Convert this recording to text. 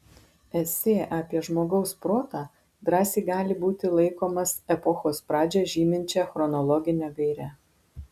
esė apie žmogaus protą drąsiai gali būti laikomas epochos pradžią žyminčia chronologine gaire